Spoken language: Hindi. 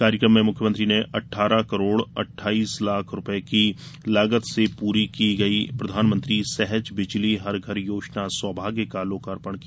कार्यक्रम में मुख्यमंत्री ने अठारह करोड़ अट्ठाईस लाख रूपये की लागत से पूरी की प्रधानमंत्री सहज बिजली हर घर योजना सौभाग्य का लोकार्पण किया